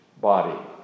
body